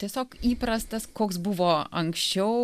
tiesiog įprastas koks buvo anksčiau